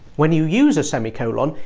when you use a semicolon,